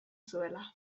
zuela